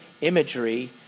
imagery